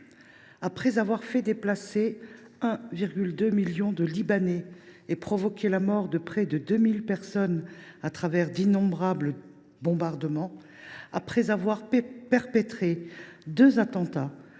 Après avoir fait déplacer 1,2 million de Libanais et provoqué la mort de près de 2 000 personnes par d’innombrables bombardements, après avoir perpétré sur le